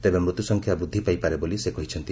ତେବେ ମୃତ୍ୟୁସଂଖ୍ୟା ବୃଦ୍ଧି ପାଇପାରେ ବୋଲି ସେ କହିଛନ୍ତି